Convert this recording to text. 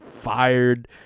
fired